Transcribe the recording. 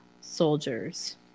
soldiers